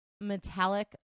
metallic